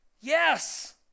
yes